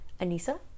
Anissa